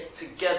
together